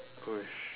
!oi!